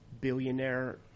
billionaire